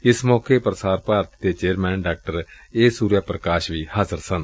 ਏਸ ਮੌਕੇ ਪੁਸਾਰ ਭਾਰਤੀ ਦੇ ਚੇਅਰਮੈਨ ਡਾ ਏ ਸੁਰਿਆ ਪੁਕਾਸ਼ ਵੀ ਹਾਜ਼ਰ ਸਨ